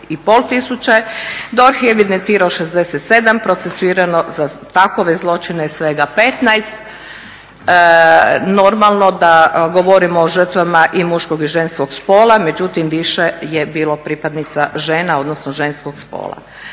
do 2500, DORH je evidentirao 67, procesuirano za takve zločine je svega 15. Normalno da govorimo o žrtvama i muškog i ženskog spola, međutim više je bilo pripadnica žena, odnosno ženskog spola.